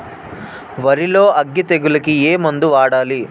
వరిలో అగ్గి తెగులకి ఏ మందు వాడాలి?